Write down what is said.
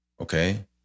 Okay